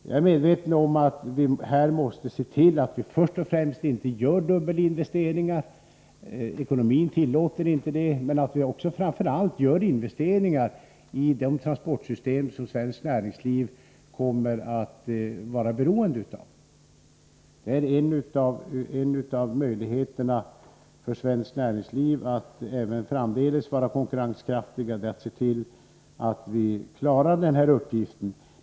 Jag är medveten om att vi här måste se till att vi inte gör dubbelinvesteringar — ekonomin tillåter inte det. Men framför allt måste vi göra investeringar i de transportsystem som svenskt näringsliv kommer att vara beroende av. En av förutsättningarna för svenskt näringsliv att även framdeles vara konkurrenskraftigt är att vi ser till att vi klarar den här uppgiften.